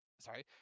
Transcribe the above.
sorry